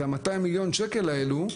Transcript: זה ה- 200 מיליון ש"ח האלו,